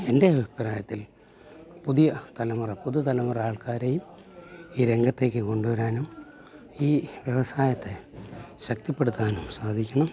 എൻ്റെ അഭിപ്രായത്തിൽ പുതിയ തലമുറ പുതു തലമുറ ആൾക്കാരെയും ഈ രംഗത്തേക്ക് കൊണ്ടുവരാനും ഈ വ്യവസായത്തെ ശക്തിപ്പെടുത്താനും സാധിക്കണം